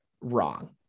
wrong